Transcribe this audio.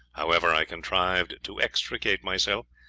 however, i contrived to extricate myself,